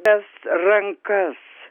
tas rankas